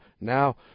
now